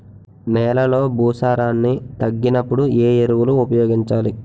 నెలలో భూసారాన్ని తగ్గినప్పుడు, ఏ ఎరువులు ఉపయోగించాలి?